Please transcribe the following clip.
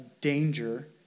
danger